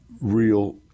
real